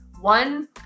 one